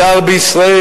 יער בישראל,